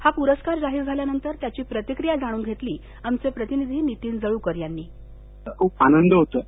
हा पुरस्कार जाहीर झाल्यानंतर त्याची प्रतिक्रिया जाणून घेतली आमचे प्रतिनिधी नितीन जळूकर यांनी खुप आनंद होत आहे